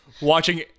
watching